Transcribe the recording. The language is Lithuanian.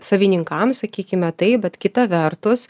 savininkams sakykime taip bet kita vertus